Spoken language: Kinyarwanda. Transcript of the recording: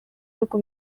ariko